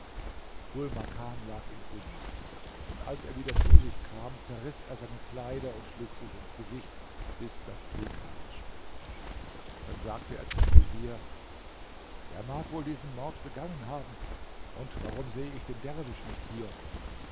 dhul makan lag in ohnmacht und als er wieder zu sich kam zerriß er seine kleider und schlug sich ins gesicht bis das blut herausspritzte dann sagte er zum vezier wer mag wohl diesen mord begangen haben und warum sehe ich den derwisch nicht hier